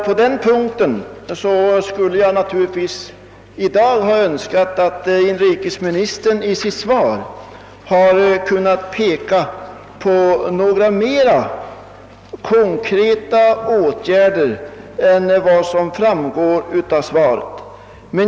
På denna punkt skulle jag naturligtvis i dag ha önskat att inrikesministern i sitt svar hade kunnat peka på några mera konkreta åtgärder än vad som framgår av svaret.